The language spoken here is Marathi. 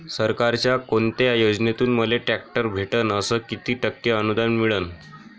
सरकारच्या कोनत्या योजनेतून मले ट्रॅक्टर भेटन अस किती टक्के अनुदान मिळन?